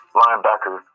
linebacker